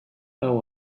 know